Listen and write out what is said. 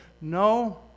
no